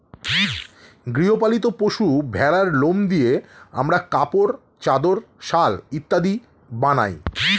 গৃহ পালিত পশু ভেড়ার লোম দিয়ে আমরা কাপড়, চাদর, শাল ইত্যাদি বানাই